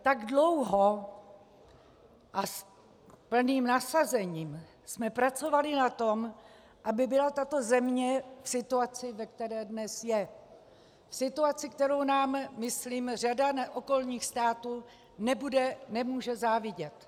Tak dlouho a s plným nasazením jsme pracovali na tom, aby byla tato země v situaci, ve které dnes je, v situaci, kterou nám myslím řada okolních států nebude, nemůže závidět.